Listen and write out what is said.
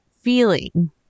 feeling